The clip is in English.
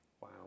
wow